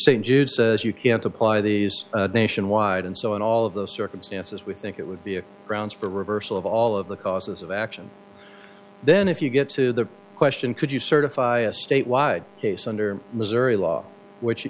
jude says you can't apply these nationwide and so in all of those circumstances we think it would be grounds for reversal of all of the causes of action then if you get to the question could you certify a statewide case under missouri law which